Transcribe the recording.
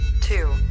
two